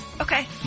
Okay